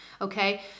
Okay